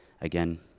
again